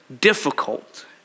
difficult